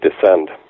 descend